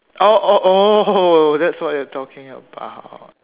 oh that is what you are talking about